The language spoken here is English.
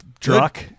Druck